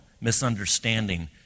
misunderstanding